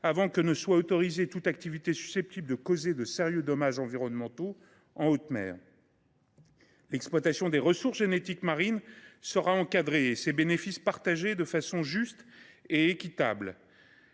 avant que ne soit autorisée toute activité susceptible de causer de sérieux dommages environnementaux en haute mer. L’exploitation des ressources génétiques marines sera encadrée et ses bénéfices seront partagés de façon juste et équitable.